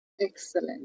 Excellent